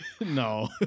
No